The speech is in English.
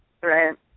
Right